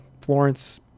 Florence